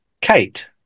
kate